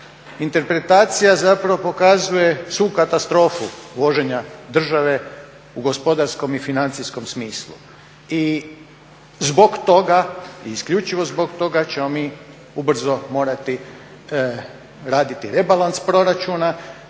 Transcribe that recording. Interpretacija zapravo pokazuje svu katastrofu vođenja države u gospodarskom i financijskom smislu. I zbog toga i isključivo zbog toga ćemo mi ubrzo morati raditi rebalans proračuna